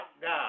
God